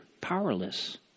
powerless